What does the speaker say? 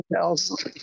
else